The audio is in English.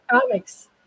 comics